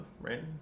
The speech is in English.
right